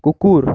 কুকুর